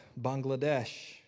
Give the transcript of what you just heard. Bangladesh